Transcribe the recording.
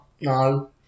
No